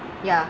ya